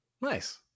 Nice